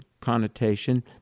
connotation